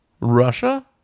Russia